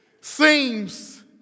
seems